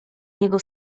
jego